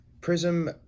prism